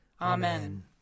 Amen